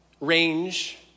range